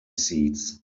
seeds